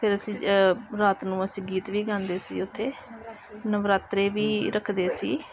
ਫਿਰ ਅਸੀਂ ਰਾਤ ਨੂੰ ਅਸੀਂ ਗੀਤ ਵੀ ਗਾਉਂਦੇ ਸੀ ਉੱਥੇ ਨਵਰਾਤਰੇ ਵੀ ਰੱਖਦੇ ਸੀ